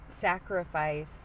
sacrifice